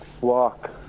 walk